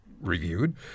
reviewed